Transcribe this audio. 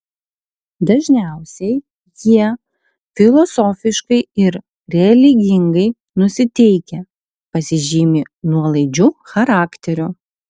dažniausiai jie filosofiškai ir religingai nusiteikę pasižymi nuolaidžiu charakteriu